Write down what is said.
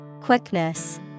Quickness